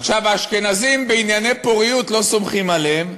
עכשיו, האשכנזים בענייני פוריות לא סומכים עליהם,